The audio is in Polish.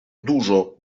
dużo